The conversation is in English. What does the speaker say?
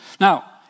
Now